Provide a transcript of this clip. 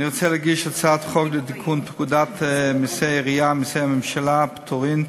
אני רוצה להגיש הצעת חוק לתיקון פקודת מסי העירייה ומסי הממשלה (פטורין)